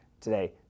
today